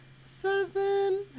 seven